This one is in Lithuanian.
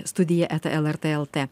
studija eta lrt lt